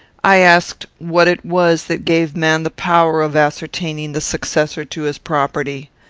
i asked what it was that gave man the power of ascertaining the successor to his property.